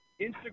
Instagram